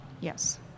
Yes